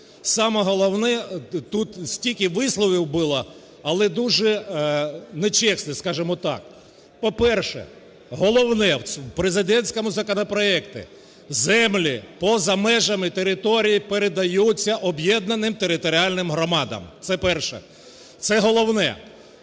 Саме головне, тут стільки висловів було, але дуже нечесних, скажімо так. По-перше, головне, в президентському законопроекті землі поза межами територій передаються об'єднаним територіальним громадам. Це перше, це головне.